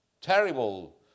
terrible